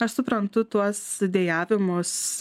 aš suprantu tuos dejavimus